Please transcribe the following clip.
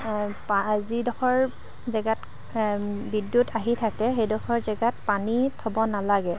যিডখৰ জাগাত বিদ্যুৎ আহি থাকে সেইডখৰ জাগাত পানী থ'ব নালাগে